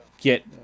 get